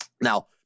Now